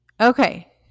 Okay